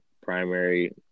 primary